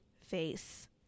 face